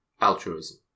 altruism